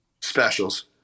Specials